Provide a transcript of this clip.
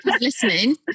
listening